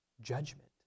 judgment